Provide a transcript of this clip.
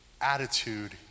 Attitude